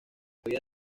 había